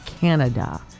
canada